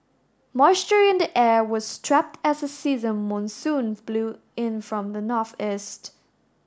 moisture in the air was trapped as a season monsoon blew in from the north east